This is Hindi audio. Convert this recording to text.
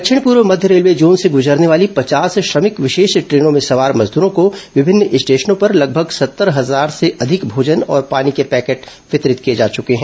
दक्षिण पूर्व मध्य रेलवे जोन से गुजरने वाली पचास श्रमिक विशेष ट्रेनों में सवार मजदूरों को विभिन्न स्टेशनों पर लगभग सत्तर हजार से अधिक भोजन और पानी के पैकेट वितरित किए जा चुके हैं